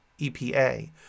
EPA